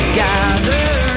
gather